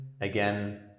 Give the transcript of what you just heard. Again